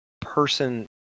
person